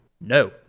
No